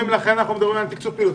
לכן אנחנו מדברים על תקצוב פעילות.